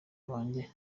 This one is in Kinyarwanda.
banjye